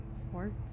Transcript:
Sports